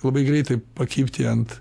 labai greitai pakibti ant